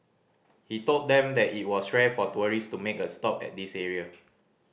he told them that it was rare for tourist to make a stop at this area